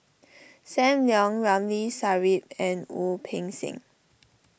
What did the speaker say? Sam Leong Ramli Sarip and Wu Peng Seng